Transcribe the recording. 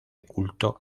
culto